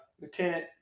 Lieutenant